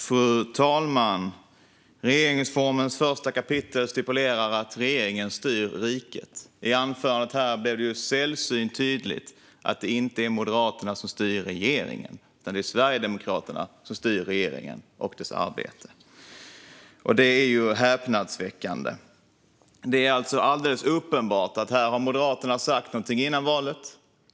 Fru talman! Regeringsformens första kapitel stipulerar att regeringen styr riket. I anförandet här blev det sällsynt tydligt att det inte är Moderaterna som styr regeringen. Det är Sverigedemokraterna som styr regeringen och dess arbete, och det är ju häpnadsväckande. Det är alldeles uppenbart att här har Moderaterna sagt något före valet.